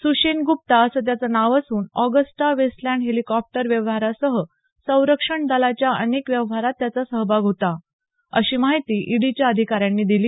सुषेण गुप्ता असं त्याचं नाव असून ऑगस्टा वेस्टलँड हेलिकॉप्टर व्यवहारासह संरक्षण दलाच्या अनेक व्यवहारात त्याचा सहभाग होता अशी माहिती इडीच्या अधिकाऱ्यांनी दिली